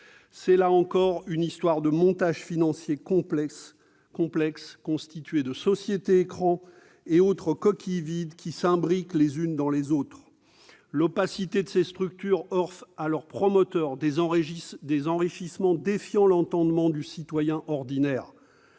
s'agit là encore d'une histoire de montages financiers complexes, impliquant des sociétés-écrans et d'autres coquilles vides, qui s'imbriquent les unes dans les autres. L'opacité de ces structures offre à leurs promoteurs une source d'enrichissement défiant l'entendement du citoyen ordinaire.